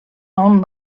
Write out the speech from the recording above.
own